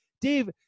Dave